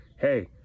Hey